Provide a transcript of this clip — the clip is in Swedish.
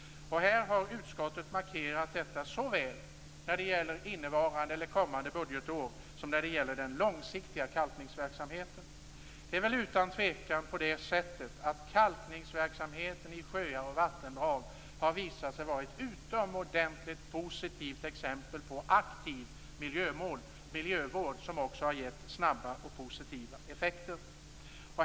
Utskottet har markerat detta såväl när det gäller kommande budgetår som när det gäller den långsiktiga kalkningsverksamheten. Det är väl utan tvivel på det sättet att kalkningsverksamheten i sjöar och vattendrag har visat sig vara ett utomordentligt positivt exempel på aktiv miljövård, som också har gett snabba och positiva effekter.